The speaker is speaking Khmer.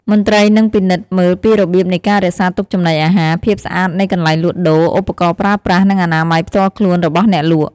មន្ត្រីនឹងពិនិត្យមើលពីរបៀបនៃការរក្សាទុកចំណីអាហារ ភាពស្អាតនៃកន្លែងលក់ដូរ ឧបករណ៍ប្រើប្រាស់ និងអនាម័យផ្ទាល់ខ្លួនរបស់អ្នកលក់។